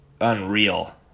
unreal